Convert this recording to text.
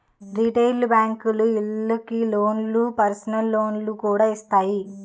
retail బేంకులు ఇళ్ళకి లోన్లు, పర్సనల్ లోన్లు కూడా ఇత్తాయి